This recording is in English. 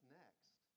next